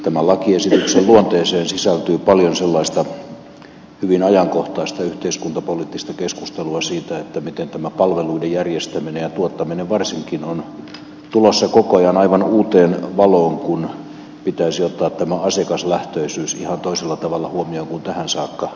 tämän lakiesityksen luonteeseen sisältyy paljon sellaista hyvin ajankohtaista yhteiskuntapoliittista keskustelua siitä miten tämä palveluiden järjestäminen ja tuottaminen varsinkin on tulossa koko ajan aivan uuteen valoon kun pitäisi ottaa tämä asiakaslähtöisyys ihan toisella tavalla huomioon kuin tähän saakka